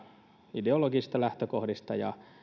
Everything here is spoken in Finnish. ideologisista lähtökohdista ja